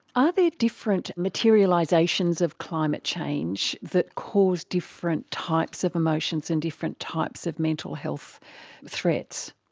are there different materialisations of climate change that cause different types of emotions and different types of mental health threats?